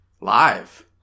Live